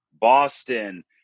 Boston